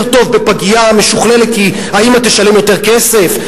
טוב בפגייה משוכללת כי האמא תשלם יותר כסף,